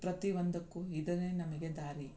ಪ್ರತಿಯೊಂದಕ್ಕೂ ಇದೇನೇ ನಮಗೆ ದಾರಿ